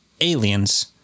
aliens